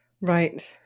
Right